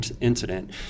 incident